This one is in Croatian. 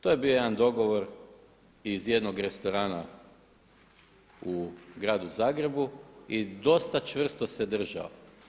To je bio jedan dogovor iz jednog restorana u Gradu Zagrebu i dosta čvrsto se držao.